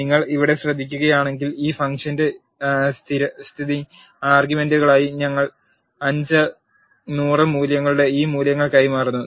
നിങ്ങൾ ഇവിടെ ശ്രദ്ധിക്കുകയാണെങ്കിൽ ഈ ഫംഗ്ഷന്റെ സ്ഥിരസ്ഥിതി ആർഗ്യുമെന്റുകളായി ഞങ്ങൾ 5 100 മൂല്യങ്ങളുടെ ഈ മൂല്യങ്ങൾ കൈമാറുന്നു